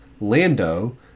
lando